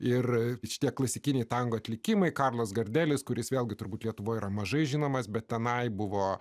ir šitie klasikinį tango atlikimai karlas gardelis kuris vėlgi turbūt lietuvoje yra mažai žinomas bet tenai buvo